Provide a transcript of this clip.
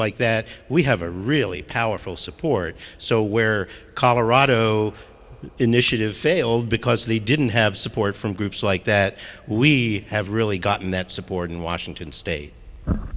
like that we have a really powerful support so where colorado initiatives failed because they didn't have support from groups like that we have really gotten that support in washington state